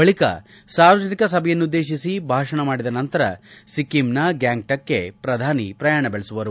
ಬಳಿಕ ಸಾರ್ವಜನಿಕ ಸಭೆಯನ್ನುದ್ದೇಶಿಸಿ ಭಾಷಣ ಮಾಡಿದ ನಂತರ ಸಿಕ್ಕಿಂನ ಗ್ಯಾಂಗ್ಟಾಕ್ಗೆ ಪ್ರಯಾಣ ಬೆಳೆಸುವರು